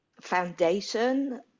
foundation